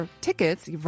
tickets